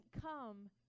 come